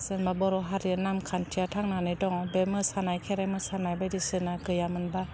जेनबा बर' हारिया नेमखान्थिया थांनानै दं बे मोसानाय खेराइ मोसानाय बायदिसिना गैयामोनबा